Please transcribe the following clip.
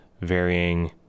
varying